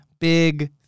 big